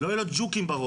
לא יהיו לו ג'וקים בראש.